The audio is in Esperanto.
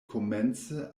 komence